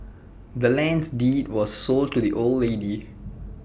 the land's deed was sold to the old lady